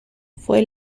fue